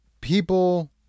people